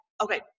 okay